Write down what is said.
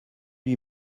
lui